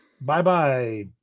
Bye-bye